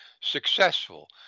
successful